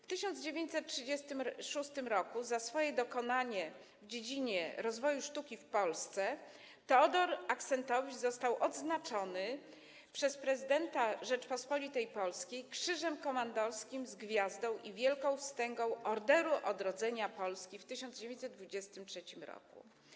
W 1936 r. za swoje dokonanie w dziedzinie rozwoju sztuki w Polsce Teodor Axentowicz został odznaczony przez prezydenta Rzeczypospolitej Polskiej Krzyżem Komandorskim z Gwiazdą i Wielką Wstęgą Orderu Odrodzenia Polski w 1923 r.